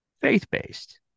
faith-based